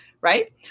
right